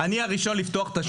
אני הראשון לפתוח את השוק.